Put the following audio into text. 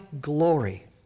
glory